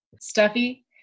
Stuffy